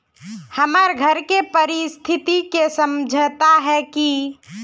हमर घर के परिस्थिति के समझता है की?